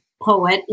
poet